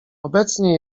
obecnie